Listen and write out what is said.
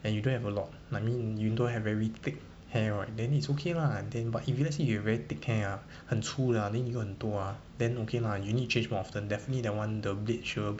and you don't have a lot like me you don't have very thick hair right then it's okay lah then but if let's say you have very thick hair ah 很粗 lah then 你用很多啊 then okay lah you need change more often definitely that [one] the blade sure